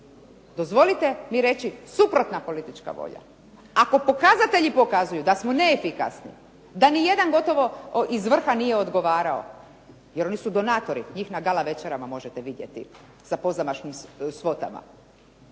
dozvolite mi reći, suprotna politička volja. Ako pokazatelji pokazuju da smo neefikasni, da ni jedan gotovo iz vrha nije odgovarao. Jer oni su donatori. Njih na gala večerama možete vidjeti, sa pozamašnim svotama.